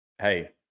hey